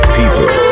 people